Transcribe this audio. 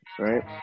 right